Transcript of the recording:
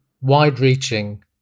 wide-reaching